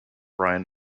brian